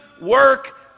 work